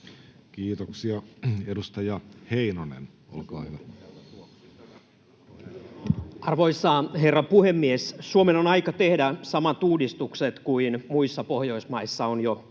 Kiitoksia. — Edustaja Heinonen, olkaa hyvä. Arvoisa herra puhemies! Suomen on aika tehdä samat uudistukset kuin muissa Pohjoismaissa on jo